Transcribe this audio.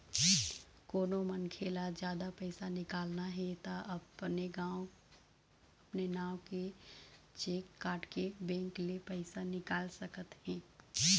कोनो मनखे ल जादा पइसा निकालना हे त अपने नांव के चेक काटके बेंक ले पइसा निकाल सकत हे